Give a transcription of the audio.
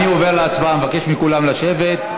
אני עובר להצבעה, מבקש מכולם לשבת.